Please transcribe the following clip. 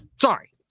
Sorry